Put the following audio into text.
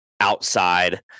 outside